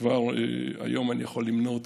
כבר היום אני יכול למנות,